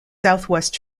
southwest